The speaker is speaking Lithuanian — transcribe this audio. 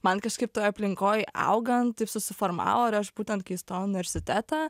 man kažkaip toj aplinkoj augant taip susiformavo aš būtent kai stojau į universitetą